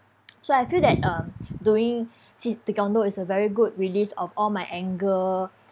so I feel that um doing c~ taekwondo is a very good release of all my anger